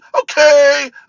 okay